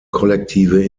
kollektive